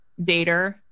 dater